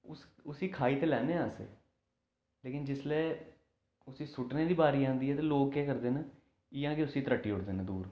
उसी खाई ते लैन्ने आं अस लेकिन जिसलै उसी सुट्टने दी बारी आंदी ऐ लोक केह् करदे न इ'यां गै इस्सी त्रट्टी ओड़दे न दूर